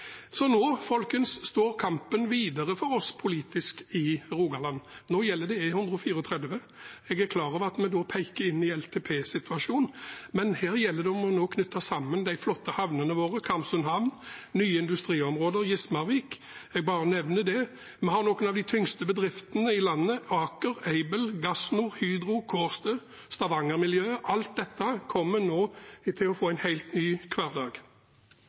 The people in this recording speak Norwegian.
Så nå, folkens, gjelder kampen videre for oss politisk i Rogaland – E134. Jeg er klar over at vi da peker inn i NTP-situasjonen, men her gjelder det å knytte sammen de flotte havnene våre, Karmsund havn, nye industriområder, Gismarvik. Jeg bare nevner det. Vi har noen av de tyngste bedriftene i landet – Aker, Aibel, Gasnor, Hydro – og vi har Kårstø, Stavanger-miljøet. Alt dette kommer nå til å få en helt ny hverdag.